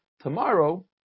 Tomorrow